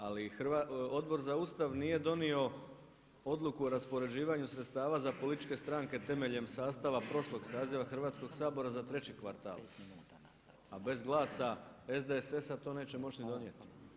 Ali Odbor za Ustav nije donio Odluku o raspoređivanju sredstava za političke stranke temeljem sastava prošlog saziva Hrvatskog sabora za treći kvartal, a bez glasa SDSS-a to neće moći donijeti.